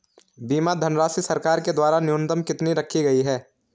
बीमा धनराशि सरकार के द्वारा न्यूनतम कितनी रखी गई है?